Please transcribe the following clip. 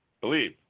believe